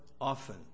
often